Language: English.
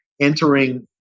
entering